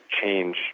change